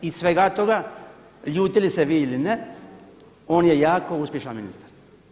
Iz svega toga ljutili se vi ili ne, on je jako uspješan ministar.